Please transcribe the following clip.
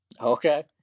Okay